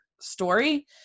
story